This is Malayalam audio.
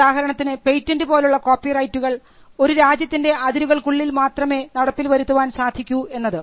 ഉദാഹരണത്തിന് പേറ്റന്റ് പോലുള്ള കോപ്പിറൈറ്റുകൾ ഒരു രാജ്യത്തിൻറെ അതിരുകൾക്കുള്ളിൽ മാത്രമേ നടപ്പിൽ വരുത്തുവാൻ സാധിക്കൂ എന്നത്